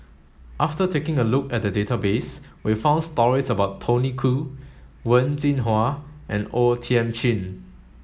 after taking a look at the database we found stories about Tony Khoo Wen Jinhua and O Thiam Chin